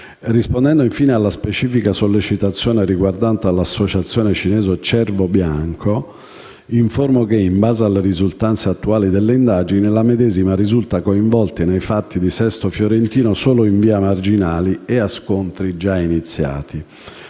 Rispondendo, infine, alla specifica sollecitazione riguardante l'associazione cinese denominata Cervo bianco, informo che, in base alle risultanze attuali delle indagini, la medesima risulta coinvolta nei fatti di Sesto Fiorentino solo in via marginale e a scontri già iniziati.